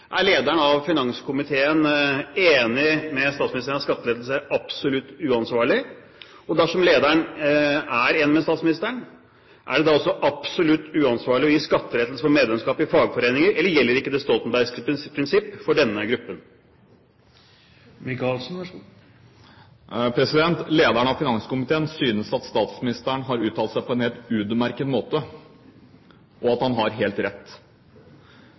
Er lederen i finanskomiteen enig med statsministeren i at skattelettelser er «absolutt uansvarlig»? Dersom lederen er enig med statsministeren, er det også «absolutt uansvarlig» å gi skattelettelser for medlemskap i fagforeninger? Eller gjelder ikke det stoltenbergske prinsipp for denne gruppen? Lederen av finanskomiteen synes at statsministeren har uttalt seg på en helt utmerket måte, og at han har helt rett.